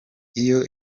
iyo